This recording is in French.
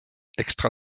extra